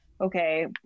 okay